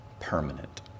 permanent